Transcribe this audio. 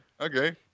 okay